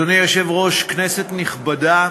אדוני היושב-ראש, כנסת נכבדה,